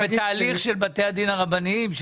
גם בתהליך של בתי הדין הרבניים,